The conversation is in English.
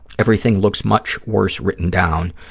everything looks much worse written down,